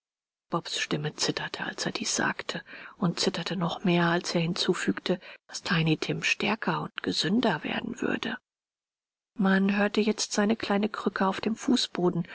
bobs stimme zitterte als er dies sagte und zitterte noch mehr als er hinzufügte daß tiny tim stärker und gesunder werden würde man hörte jetzt seine kleine krücke auf dem fußboden